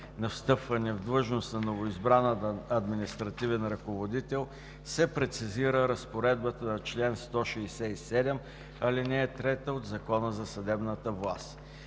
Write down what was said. на встъпване в длъжност на новоизбран административен ръководител се прецизира разпоредбата на чл. 167, ал. 3 от Закона за съдебната власт.